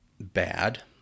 bad